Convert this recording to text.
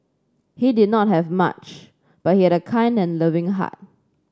he did not have much but he had a kind and loving heart